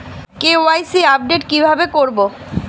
KYC update কি ভাবে করবো?